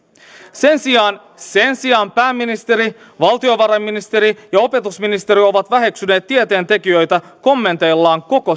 sen sijaan sen sijaan pääministeri valtiovarainministeri ja opetusministeri ovat väheksyneet tieteentekijöitä kommenteillaan koko